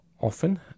often